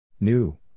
New